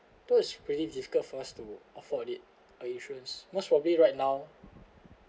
I thought it's pretty difficult for us to afford it a insurance most probably right now